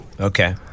Okay